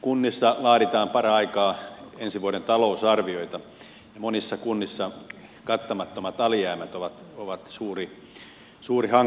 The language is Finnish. kunnissa laaditaan paraikaa ensi vuoden talousarvioita ja monissa kunnissa kattamattomat alijäämät ovat suuri hankaluus